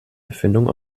erfindung